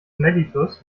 mellitus